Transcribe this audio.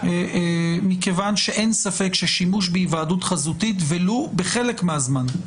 מכיוון שאין ספק ששימוש בהיוועדות חזותית ולו בחלק מהזמן,